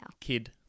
Kid